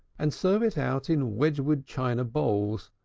and serve it out in wedgewood china-bowls,